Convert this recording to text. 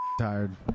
tired